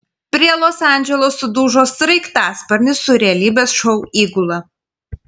prie los andželo sudužo sraigtasparnis su realybės šou įgula